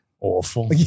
Awful